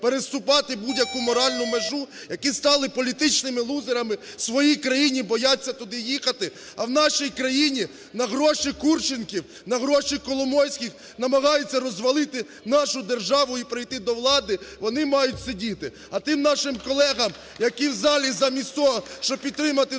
переступати будь-яку моральну межу, які стали політичними лузерами в своїй країні і бояться туди їхати. А в нашій країні на гроші курченків, на гроші коломойських намагаються розвалити нашу державу і прийти до влади, вони мають сидіти. А тим нашим колегам, які в залі, замість того, щоб підтримати